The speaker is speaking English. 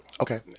Okay